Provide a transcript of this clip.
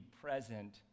present